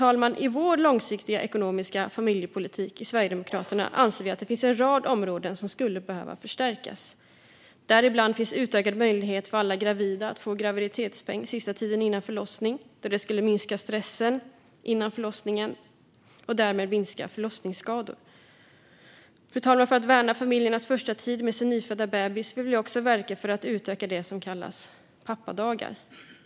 I Sverigedemokraternas långsiktiga ekonomiska familjepolitik anser vi att det finns en rad områden som skulle behöva förstärkas. Däribland finns en utökad möjlighet för alla gravida att få graviditetspeng sista tiden innan förlossningen eftersom det skulle minska stressen innan förlossningen och därmed minska risken för förlossningsskador. Fru talman! För att värna familjernas första tid med sin nyfödda bebis vill vi också verka för att utöka det som kallas pappadagar.